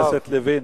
חבר הכנסת לוין,